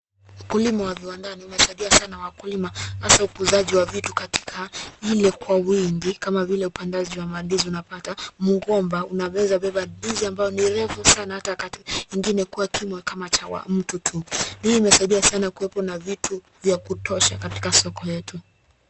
Ukulima wa viwandani umesadia sana wakulima, hasaa ukuzaji wa vitu katika ile kwa wingi kama vile upandaji wa mandizi unapata mgomba unaweza beba ndizi ambayo ni refu sana ata wakati ingine ikiwa kama kima cha mtu tu. Hii imesaidia sana kuwepo na vitu vya kutosha katika soko yetu.